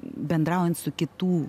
bendraujant su kitų